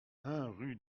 rue